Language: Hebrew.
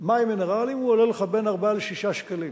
מים מינרליים, הוא עולה לך בין 4 שקלים ל-6 שקלים.